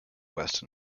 west